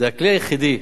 זה הכלי היחידי